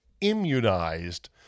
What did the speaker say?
immunized